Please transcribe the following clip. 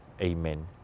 amen